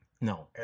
no